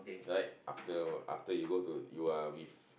like after after you go to you are with